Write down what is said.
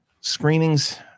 screenings